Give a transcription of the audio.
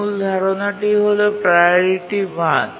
মূল ধারণাটি হল প্রাওরিটি মান